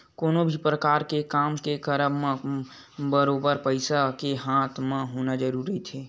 कोनो भी परकार के काम के करब म बरोबर पइसा के हाथ म होना जरुरी रहिथे